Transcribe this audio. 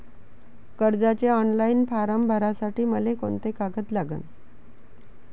कर्जाचे online form भरासाठी मले कोंते कागद लागन?